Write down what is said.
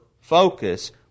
focus